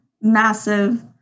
massive